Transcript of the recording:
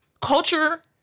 Culture